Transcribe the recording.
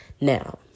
Now